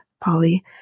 Polly